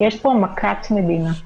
יש פה מכת מדינה.